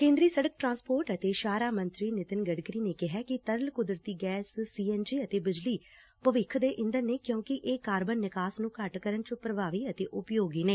ਕੇਂਦਰੀ ਸਤਕ ਟਰਾਂਸਪੋਰਟ ਅਤੇ ਸ਼ਾਹਰਾਹ ਮੰਤਰੀ ਨਿਤਿਨ ਗਡਕਰੀ ਨੇ ਕਿਹੈ ਕਿ ਤਰਲ ਕੁਦਰਤੀ ਗੈਸ ਅਤੇ ਬਿਜਲੀ ਭਵਿੱਖ ਦੇ ਈਂਧਨ ਨੇ ਕਿਉਂਕਿ ਇਹ ਕਾਰਬਨ ਨਿਕਾਸ ਨੰ ਘੱਟ ਕਰਨ ਚ ਪ੍ਰਭਾਵੀ ਅਤੇ ਉਪਯੋਗੀ ਨੇ